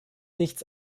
nichts